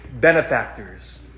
benefactors